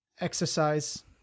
exercise